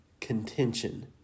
contention